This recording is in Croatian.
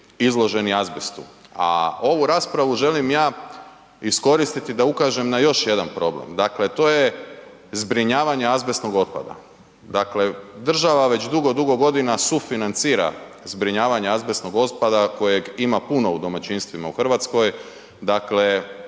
izloženi azbestu. A ovu raspravu želim ja iskoristiti da ukažem na još jedan problem. Dakle, to je zbrinjavanje azbestnog otpada. Dakle, država već dugo, dugo godina sufinancira zbrinjavanje azbestnog otpada koje ima puno u domaćinstvima u Hrvatskoj. Dakle,